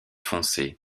foncée